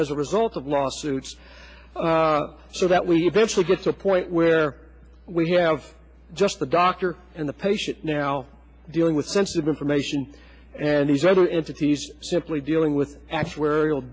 as a result of lawsuits so that we eventually gets a point where we have just the doctor and the patient now dealing with sensitive information and these other entities simply dealing with actuarial